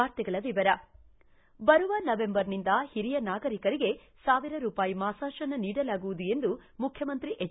ವಾರ್ತೆಗಳ ವಿವರ ಬರುವ ನವೆಂಬರ್ನಿಂದ ಓಿರಿಯ ನಾಗರೀಕರಿಗೆ ಸಾವಿರ ರೂಪಾಯಿ ಮಾಸಾಶನ ನೀಡಲಾಗುವುದು ಎಂದು ಮುಖ್ಯಮಂತ್ರಿ ಎಚ್